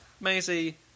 Maisie